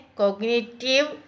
cognitive